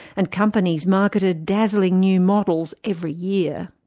and companies marketed dazzling new models every year.